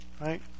right